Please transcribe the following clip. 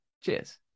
Cheers